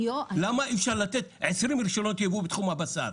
למה אי אפשר לתת 20 רישיונות ייבוא בתחום הבשר?